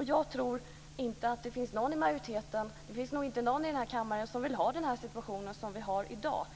Jag tror inte att det finns någon i den här kammaren som vill ha den situation som vi har i dag.